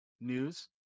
news